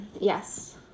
Yes